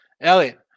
Elliot